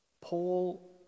Paul